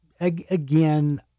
again